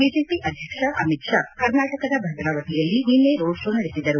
BJP ಅಧ್ಯಕ್ಷ ಅಮಿತ್ ಶಾ ಕರ್ನಾಟಕದ ಭದ್ರಾವತಿಯಲ್ಲಿ ನಿನ್ನೆ ರೋಡ್ ಶೋ ನಡೆಸಿದರು